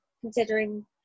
considering